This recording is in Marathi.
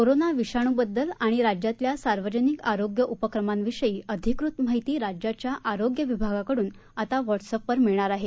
कोरोना विषाणू बद्दल व राज्यातल्या सार्वजनिक आरोग्य उपक्रमांविषयी अधिकृत माहिती राज्याच्या आरोग्य विभागाकडून आता व्हॉट्सअपवर मिळणार आहे